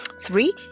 Three